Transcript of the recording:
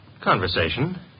Conversation